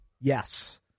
yes